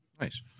nice